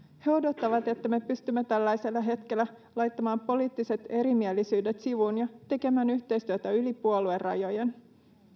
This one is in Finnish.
he odottavat että me pystymme tällaisella hetkellä laittamaan poliittiset erimielisyydet sivuun ja tekemään yhteistyötä yli puoluerajojen